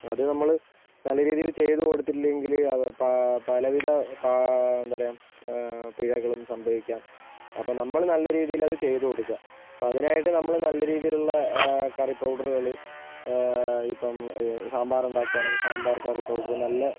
അത് നമ്മള് നല്ല രീതിയില് ചെയ്ത് കൊടുത്തില്ലെങ്കില് പലവിധ പ എന്താ പറയുക പിഴകളും സംഭവിക്കാം അപ്പം നമ്മള് നല്ല രീതിയില് അത് ചെയ്ത് കൊടുക്കുക അപ്പം അതിനായിട്ട് നമ്മള് നല്ല രീതിയിലുള്ള കറി പൗഡറുകള് ഇപ്പം സാമ്പാറ് ഇണ്ടാക്കുകയാണെങ്കില് സാമ്പാറ് കറി പൗഡർ നല്ല